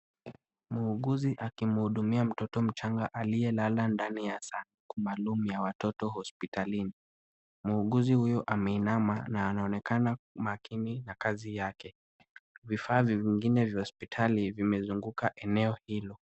Muuguzi akimhudumia mtoto mchanga aliyelala ndani ya sanduku maalum ya watoto hospitalini. Muuguzi huyu ameinama na anaonekana makini na kazi yake. Vifaa vingine vya hospitali vimezunguka eneao hilo.